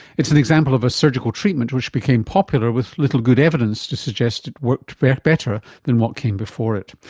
it's an example of a surgical treatment which became popular with little good evidence to suggest it worked better better than what came before it.